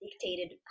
dictated